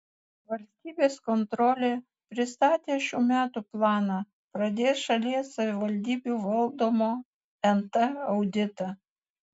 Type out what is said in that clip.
valstybės kontrolė pristatė šių metų planą pradės šalies savivaldybių valdomo nt auditą